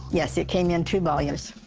yes, it came in two volumes.